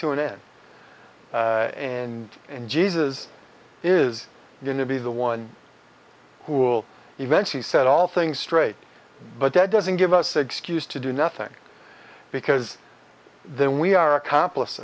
to an end and and jesus is going to be the one who will eventually set all things straight but that doesn't give us the excuse to do nothing because then we are accompli